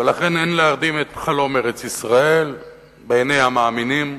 ולכן אין להרדים את חלום ארץ-ישראל בעיני המאמינים.